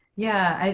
yeah.